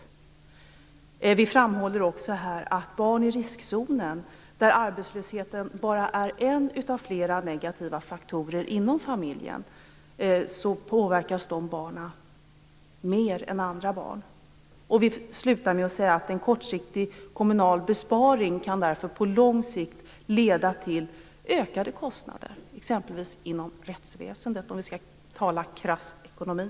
I motionen framhålls också att barn i riskzonen, där arbetslösheten bara är en av flera negativa faktorer inom familjen, påverkas mer än andra barn. Vi slutar med att säga att en kortsiktig kommunal besparing på lång sikt därför kan leda till ökade kostnader, exempelvis inom rättsväsendet, om vi skall tala krass ekonomi.